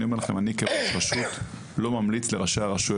אני כראש רשות לא ממליץ לראשי הרשויות